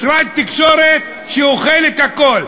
משרד תקשורת שאוכל את הכול.